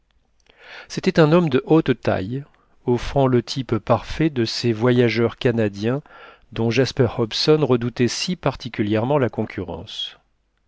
c'était un homme de haute taille offrant le type parfait de ces voyageurs canadiens dont jasper hobson redoutait si particulièrement la concurrence